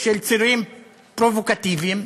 מהשמלות הפרובוקטיביות